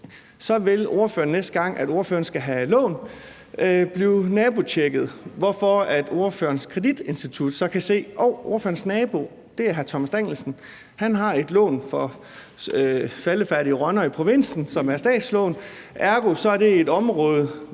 vil ordføreren, næste gang ordføreren skal have et lån, blive nabotjekket, hvorfor ordførerens kreditinstitut så kan se, at hov, ordførerens nabo er hr. Thomas Danielsen og han har et lån på faldefærdige rønner i provinsen, som er statslån, og at ergo er det et område,